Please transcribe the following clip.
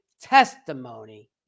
testimony